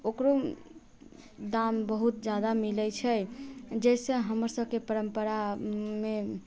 ओकरो दाम बहुत ज्यादा मिलैत छै जाहिसँ हमरसभके परम्परामे